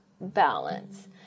balance